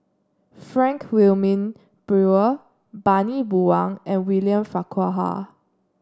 Frank Wilmin Brewer Bani Buang and William Farquhar